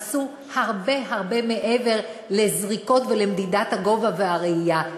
עשו הרבה הרבה מעבר לזריקות ולמדידת הגובה והראייה,